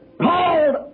called